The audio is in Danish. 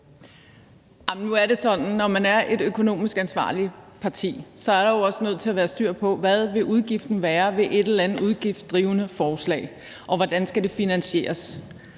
når man er et økonomisk ansvarligt parti, er der også nødt til at være styr på, hvad udgiften vil være ved et eller andet udgiftsdrivende forslag, og hvordan det skal finansieres.